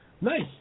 Nice